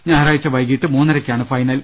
ഞായറാഴ്ച വൈകീട്ട് മൂന്നരയ്ക്കാണ് ഫൈനൽ